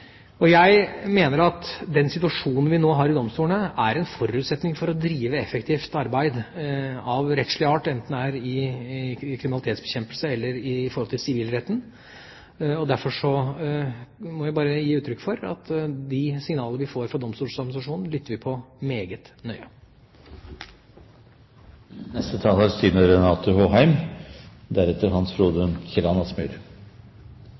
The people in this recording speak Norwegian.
domstolene. Jeg mener at den situasjonen vi nå har i domstolene, er en forutsetning for å drive effektivt arbeid av rettslig art, enten det er i kriminalitetsbekjempelsen eller i forhold til sivilretten, og derfor må jeg bare gi uttrykk for at de signaler vi får fra Domstoladministrasjonen, lytter vi til meget